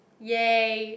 yay